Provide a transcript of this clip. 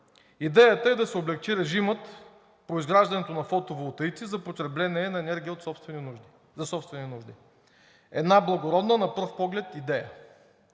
Идеята е да се облекчи режимът по изграждането на фотоволтаици за потребление на енергия за собствени нужди – една благородна на пръв поглед идея,